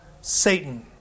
Satan